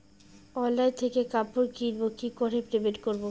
Online থেকে কাপড় কিনবো কি করে পেমেন্ট করবো?